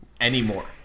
Anymore